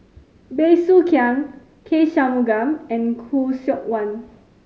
Bey Soo Khiang K Shanmugam and Khoo Seok Wan